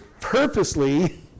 purposely